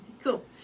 Cool